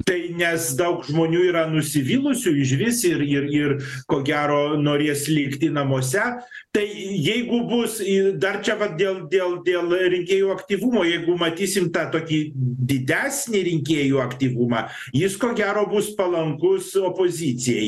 tai nes daug žmonių yra nusivylusių išvis ir ir ir ko gero norės likti namuose tai j jeigu bus ir dar čia vat dėl dėl dėl rinkėjų aktyvumo jeigu matysim tą tokį didesnį rinkėjų aktyvumą jis ko gero bus palankus opozicijai